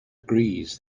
agrees